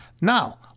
Now